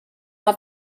have